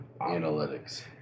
analytics